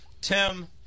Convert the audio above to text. Tim